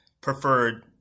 preferred